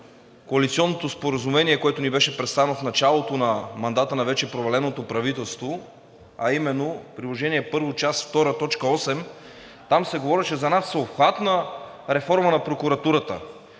коалиционното споразумение, което ни беше представено в началото на мандата на вече проваленото правителство, а именно приложение първо, част втора, точка 8 – там се говореше за една всеобхватна реформа на прокуратурата.